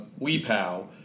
WePow